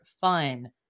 fun